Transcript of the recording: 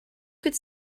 could